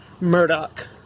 Murdoch